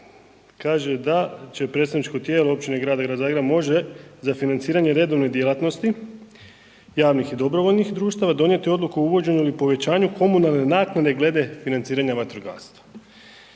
kaže da predstavničko tijelo općine, grada i grad Zagreba može za financiranje redovne djelatnosti javnih i dobrovoljnih društava donijeti odluku o uvođenju ili povećanju komunalne naknade glede financiranja vatrogastva.